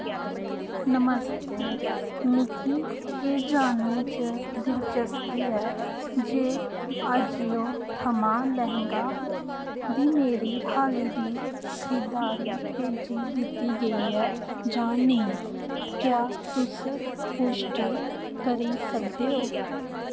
नमस्ते मिगी एह् जानने च दिलचस्पी ऐ जे अजियो थमां लैंह्गा दी मेरी हाली दी खरीदारी भेजी दित्ती गेई ऐ जां नेईं क्या तुस पुश्टि करी सकदे ओ